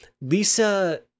Lisa